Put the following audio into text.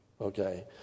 okay